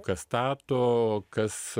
kas stato kas